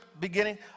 beginning